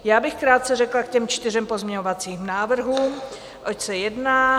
Já bych krátce řekla k těm čtyřem pozměňovacím návrhům, oč se jedná.